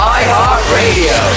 iHeartRadio